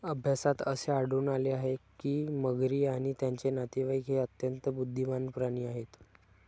अभ्यासात असे आढळून आले आहे की मगरी आणि त्यांचे नातेवाईक हे अत्यंत बुद्धिमान प्राणी आहेत